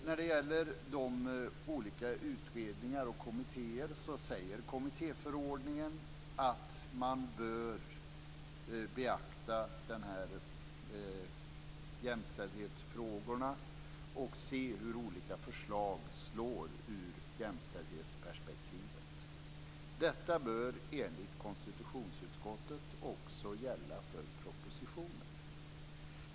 När det gäller olika utredningar och kommittéer säger kommittéförordningen att man bör beakta jämställdhetsfrågorna och se hur olika förslag slår ur ett jämställdhetsperspektiv. Detta bör enligt konstitutionsutskottet också gälla för propositioner.